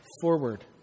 forward